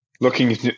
looking